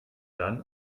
dann